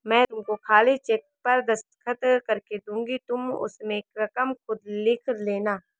मैं तुमको खाली चेक पर दस्तखत करके दूँगी तुम उसमें रकम खुद लिख लेना